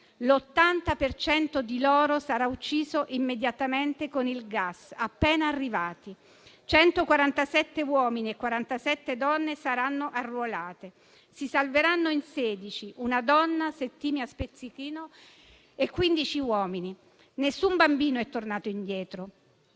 cento di loro venne ucciso immediatamente con il gas, appena arrivati. 147 uomini e 47 donne furono arruolati. Si salvarono in 16: una donna, Settimia Spizzichino, e 15 uomini. Nessun bambino è tornato indietro.